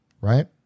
right